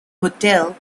motel